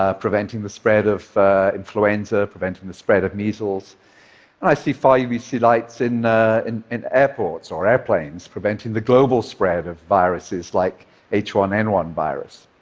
ah preventing the spread of influenza, preventing the spread of measles, and i see far-uvc lights in and and airports or airplanes, preventing the global spread of viruses like h one n one virus.